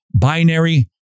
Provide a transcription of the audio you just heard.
binary